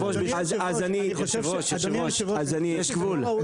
אדוני היושב-ראש, אני חושב שזה לא ראוי, יש גבול.